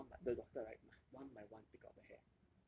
they take one but the doctor right must one by one pick out the hair